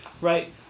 right